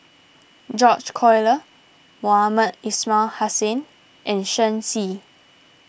George Collyer Mohamed Ismail Hussain and Shen Xi